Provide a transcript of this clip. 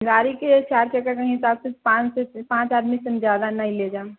गाड़ीके चारि चक्काके हिसाबसँ पाँचसँ पाँच आदमीसँ ज्यादा हम ना लऽ जायब